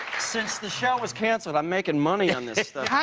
since the show is canceled, i'm making money on this